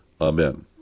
Amen